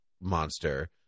monster